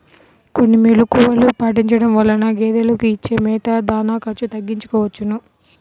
కొన్ని మెలుకువలు పాటించడం వలన గేదెలకు ఇచ్చే మేత, దాణా ఖర్చు తగ్గించుకోవచ్చును